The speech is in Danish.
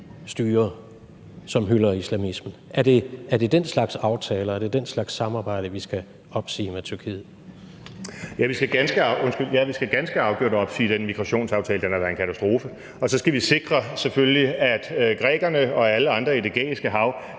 styrer, som hylder islamisme? Er det den slags aftaler, den slags samarbejde, vi skal opsige med Tyrkiet? Kl. 13:25 Morten Messerschmidt (DF): Ja, vi skal ganske afgjort opsige den migrationsaftale. Den har været en katastrofe. Og så skal vi selvfølgelig sikre, at grækerne og alle andre i Det Ægæiske Hav